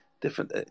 different